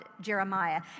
Jeremiah